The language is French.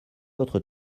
votre